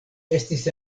estis